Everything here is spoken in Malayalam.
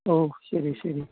ഓ ശരി ശരി